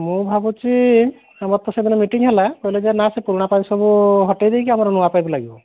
ମୁଁ ଭାବୁଛି ଆମର ତ ସେଇଦିନ ମିଟିଙ୍ଗ ହେଲା କହିଲେ ଯେ ନା ସେ ପୁରୁଣା ପାଇପ୍ ସବୁ ହଟେଇ ଦେଇକି ଆମର ନୂଆ ପାଇପ୍ ଲାଗିବ